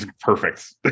Perfect